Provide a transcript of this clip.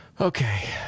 Okay